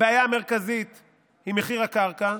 הבעיה המרכזית היא מחיר הקרקע,